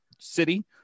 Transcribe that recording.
city